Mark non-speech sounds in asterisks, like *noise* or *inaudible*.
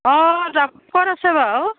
অঁ *unintelligible* আছে বাৰু